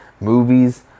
movies